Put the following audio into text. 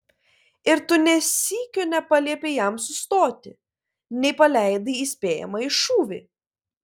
ir tu nė sykio nepaliepei jam sustoti nei paleidai įspėjamąjį šūvį